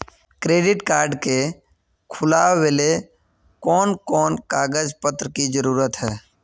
Credit card के खुलावेले कोन कोन कागज पत्र की जरूरत है?